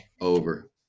Over